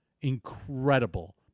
incredible